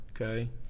okay